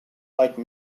like